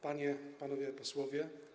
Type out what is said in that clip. Panie, Panowie Posłowie!